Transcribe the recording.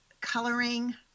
coloring